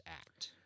Act